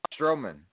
Strowman